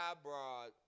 abroad